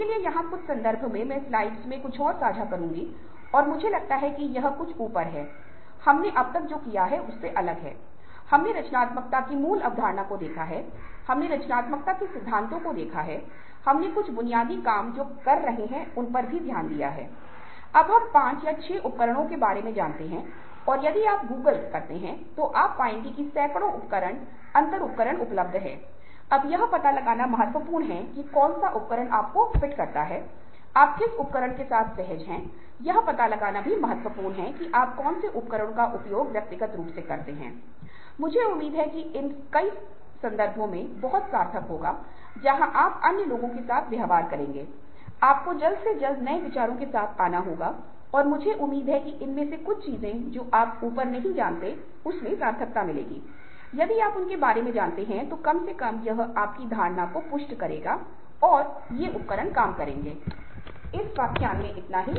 इसलिए हर समय स्वाभिमान को बातचीत प्रक्रिया में बनाए रखा जाना चाहिए और अंत में केवल अंत में मैं समाप्त कर दूंगा की किसी भी बातचीत प्रक्रिया मे या यदि आप बातचीत को सफल बनाने के लिए दूसरों को राजी करना चाहते हैं तो सफल बातचीत दो बात फिर से बहुत महत्वपूर्ण होगी इसमे एक है कि हमारे संचार व्यवहार में संचार शैली शामिल है जिसमें हमारा पारस्परिक संचार शामिल है जिसमें हम खुद को और दूसरों को कितना महत्व दे रहे हैं और संबंध के रखरखाव का विकास और रखरखाव भी शामिल है क्योंकि जीवन मे रिश्ते हमारे लिए बहुत मायने रखते हैं यदि हम इन दो पहलुओं के लिए सक्षम हैं तो हमारी बातचीत सफल होगी और दोनों पक्ष एक जीत की स्थिति में हो सकते हैं